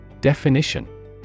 Definition